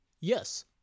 Yes